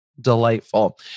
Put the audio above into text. delightful